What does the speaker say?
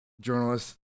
journalists